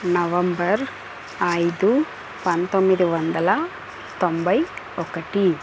November ఐదు పంతొమ్మిది వందల తొంభై ఒకటి